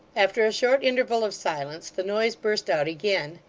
after a short interval of silence the noise burst out again.